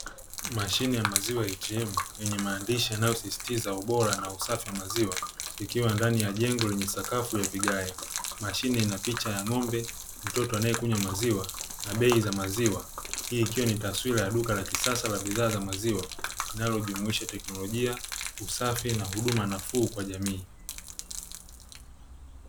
Mashine ya maziwa ya "ATM" yenye maandishi yanayosisitiza ubora na usafi wa maziwa ikiwa ndani ya jengo lenye sakafu ya vigae. Mashine ina picha ya ng'ombe, mtoto anayekunywa maziwa na bei za maziwa; hii ikiwa ni taswira ya duka la kisasa la bidhaa za maziwa linalojumuisha: teknolojia, usafi na huduma nafuu kwa jamii.